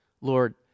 Lord